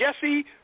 Jesse